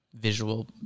visual